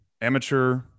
amateur